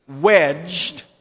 wedged